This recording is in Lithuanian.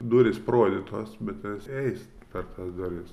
durys parodytos bet tas eis per tas dalis